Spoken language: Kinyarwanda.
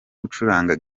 gucuranga